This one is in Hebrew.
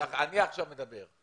עכשיו אני מדבר.